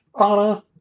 Anna